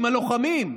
עם הלוחמים,